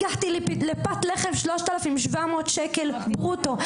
הגעתי לפת-לחם - 3,700 שקל ברוטו.